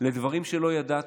לדברים שלא ידעתי,